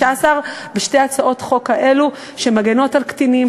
שעזרה לנו להעביר את זה בימים האחרונים,